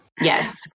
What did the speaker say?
Yes